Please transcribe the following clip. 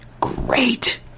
Great